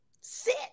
sit